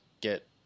get